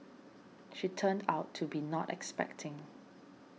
she turned out to be not expecting